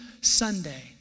Sunday